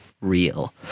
real